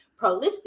prolistic